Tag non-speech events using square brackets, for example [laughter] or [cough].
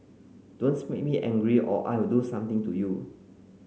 [unintelligible] make me angry or I will do something to you